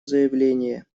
заявление